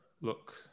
look